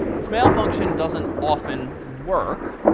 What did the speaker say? this mail function doesn't often work,